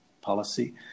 policy